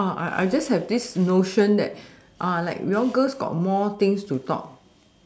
I I just have this notion that like you all girls have more things to talk